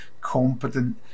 competent